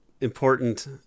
important